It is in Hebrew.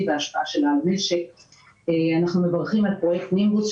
והשפעה שלה על המשק; אנחנו מברכים על פרויקט נימבוס,